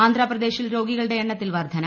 ആന്ധ്രാപ്രദേശിൽ രോഗികളുടെ എണ്ണത്തിൽ വർദ്ധന